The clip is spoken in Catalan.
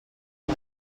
del